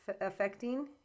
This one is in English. affecting